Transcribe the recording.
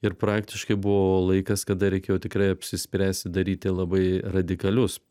ir praktiškai buvo laikas kada reikėjo tikrai apsispręsti daryti labai radikalius